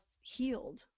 healed